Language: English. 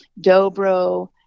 dobro